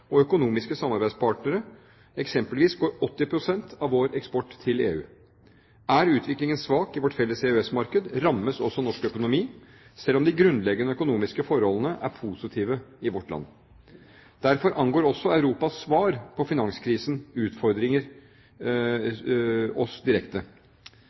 og økonomiske samarbeidspartnere – eksempelvis går 80 pst. av vår eksport til EU. Er utviklingen svak i vårt felles EØS-marked, rammes også norsk økonomi, selv om de grunnleggende økonomiske forholdene er positive i vårt land. Derfor angår også Europas svar på finanskrisens utfordringer oss direkte.